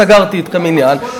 סגרתי אתכם עניין.